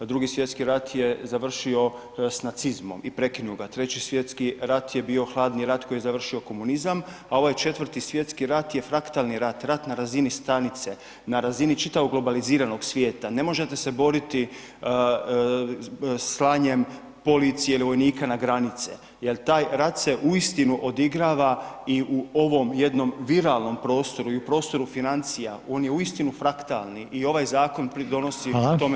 II. svj. rat je završio s nacizmom i prekinuo ga, III. svj. rat je bio hladni rat koji je završio komunizam a ovaj IV: svj. rat je fraktalni rat, rat na razini stanice, na razini čitavog globaliziranog svijeta, ne možete se boriti slanjem policije ili vojnika na granice jer taj rat se uistinu odigrava i u ovom jednom viralnom prostoru i u prostoru financija, on je uistinu fraktalni, i ovaj zakon pridonosi tome da se suočavamo.